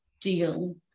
deal